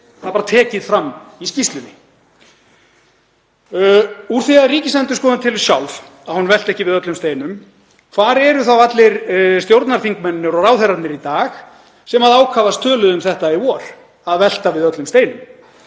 Það er tekið fram í skýrslunni. Úr því að Ríkisendurskoðun telur sjálf að hún velti ekki við öllum steinum, hvar eru þá allir stjórnarþingmennirnir og ráðherrarnir í dag sem ákafast töluðu um það í vor að velta við öllum steinum?